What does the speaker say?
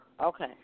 Okay